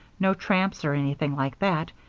no tramps or anything like that,